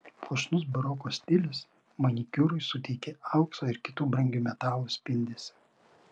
puošnus baroko stilius manikiūrui suteikė aukso ir kitų brangių metalų spindesio